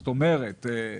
זאת אומרת,